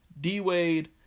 D-Wade